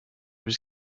was